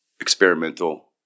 experimental